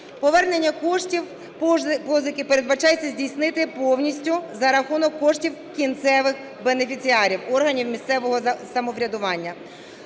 Повернення коштів позики передбачається здійснити повністю за рахунок коштів кінцевих бенефіціарів - органів місцевого самоврядування.